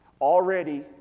Already